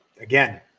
Again